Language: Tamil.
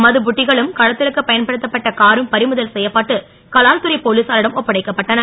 மது புட்டிகளும் கடத்தலுக்கு பயன்படுத்தப்பட்ட காரும் பறிமுதல் செ யப்பட்டு கலால்துறை போலீசாரிடம் ஒப்படைக்கப்பட்டன